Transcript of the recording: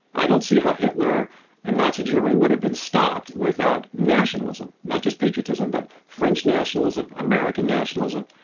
i don't see how hitler and nazi germany would have been stopped without nationalism, not just patriotism, but french nationalism, american nationalism,